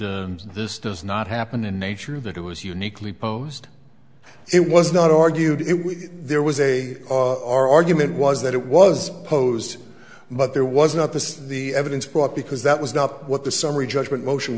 this does not happen in nature that it was uniquely posed it was not argued it with there was a our argument was that it was opposed but there was not this the evidence brought because that was not what the summary judgment motion